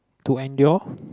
to endure